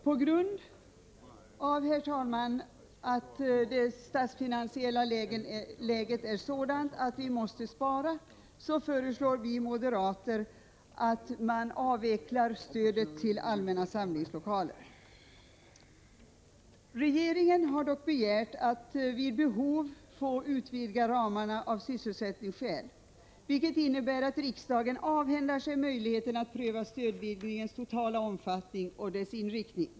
På grund av det statsfinansiella läget som gör att vi måste spara föreslår vi moderater att man avvecklar stödet till allmänna samlingslokaler. Regeringen har dock begärt att vid behov få utvidga ramarna av sysselsättningsskäl. Det innebär att riksdagen skulle avhända sig möjligheten att pröva stödgivningens totala omfattning och dess inriktning.